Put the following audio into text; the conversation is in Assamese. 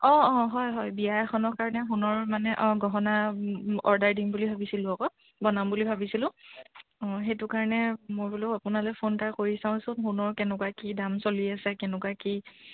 অঁ অঁ হয় হয় বিয়া এখনৰ কাৰণে সোণৰ মানে অঁ গহনা অৰ্ডাৰ দিম বুলি ভাবিছিলোঁ আকৌ বনাম বুলি ভাবিছিলোঁ অঁ সেইটো কাৰণে মই বোলো আপোনালৈ ফোন এটা কৰি চাওঁচোন সোণৰ কেনেকুৱা কি দাম চলি আছে কেনেকুৱা কি